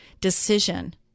decision